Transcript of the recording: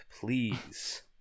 please